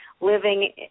living